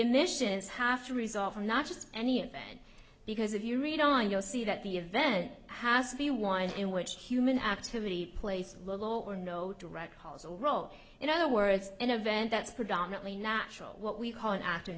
emissions have to resolve and not just any of it because if you read on you'll see that the event has to be one in which human activity place little or no direct causal role in other words and event that's predominantly natural what we call an act